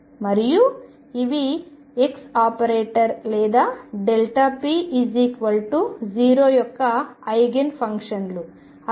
మరియు ఇవి x operator లేదా p0 యొక్క ఐగెన్ ఫంక్షన్లు